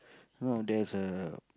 no there's a